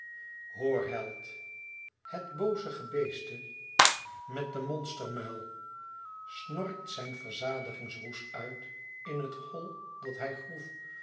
hoor held het booze gebeeste met den monstermuil snorkt zijn verzadigingsroes uit in het hol dat hij groef